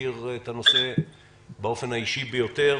שמכיר את הנושא באופן האישי ביותר,